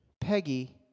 Peggy